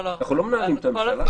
אנחנו לא מנהלים את הממשלה.